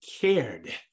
cared